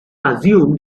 assumed